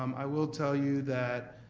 um i will tell you that,